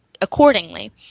accordingly